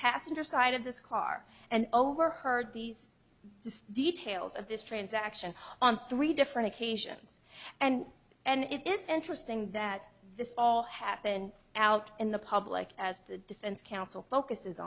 passenger side of this car and overheard these of this transaction on three different occasions and and it is interesting that this all happened out in the public as the defense counsel focuses